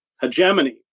hegemony